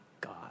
God